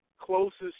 closest